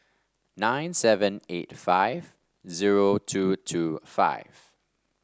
nine seven eight five zero two two five